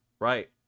Right